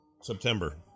September